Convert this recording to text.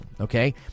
Okay